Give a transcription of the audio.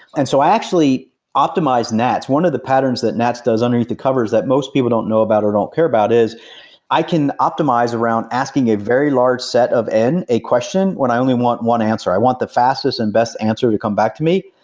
and so i actually optimize nats. one of the patterns that nats does underneath the cover is that most people don't know about or don't care about is i can optimize around asking a very large set of n a question, when i only want one answer. i want the fastest and best answer to come back to me,